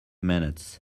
minutes